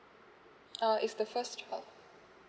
uh is the first child